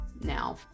now